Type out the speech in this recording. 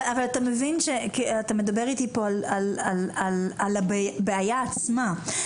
אתה מדבר איתי פה על הבעיה עצמה,